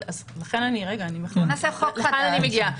לזה אני מגיעה.